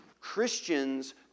Christians